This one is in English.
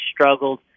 struggled